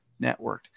networked